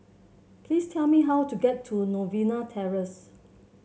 please tell me how to get to Novena Terrace